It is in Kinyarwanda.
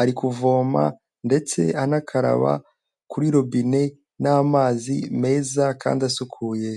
Ari kuvoma ndetse anakaraba kuri robine n'amazi meza kandi asukuye.